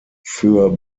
für